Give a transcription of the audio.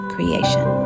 Creation